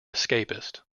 escapist